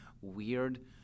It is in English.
weird